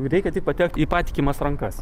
reikia tik patekt į patikimas rankas